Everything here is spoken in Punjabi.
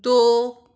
ਦੋ